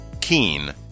Keen